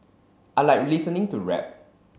I like listening to rap